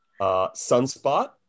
Sunspot